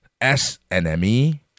snme